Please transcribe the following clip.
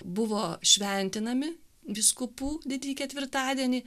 buvo šventinami vyskupų didįjį ketvirtadienį